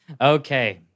okay